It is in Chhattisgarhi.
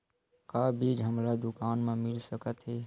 का बीज हमला दुकान म मिल सकत हे?